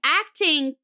acting